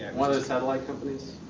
and one of those satellite companies?